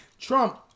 Trump